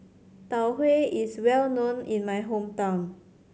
Tau Huay is well known in my hometown